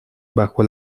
bajo